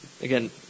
Again